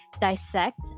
dissect